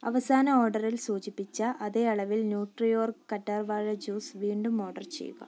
അവസാന ഓർഡറിൽ സൂചിപ്പിച്ച അതേ അളവിൽ ന്യൂട്രിയോർഗ് കറ്റാർ വാഴ ജ്യൂസ് വീണ്ടും ഓർഡർ ചെയ്യുക